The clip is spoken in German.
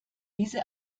diese